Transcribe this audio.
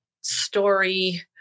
story